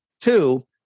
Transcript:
Two